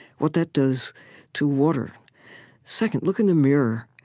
what that does to water second, look in the mirror.